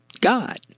God